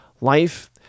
Life